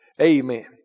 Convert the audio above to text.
Amen